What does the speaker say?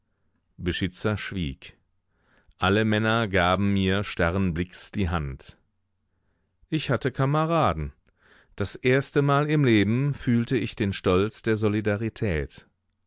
beschitzer schwieg alle männer gaben mir starren blicks die hand ich hatte kameraden das erstemal im leben fühlte ich den stolz der solidarität